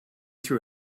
threw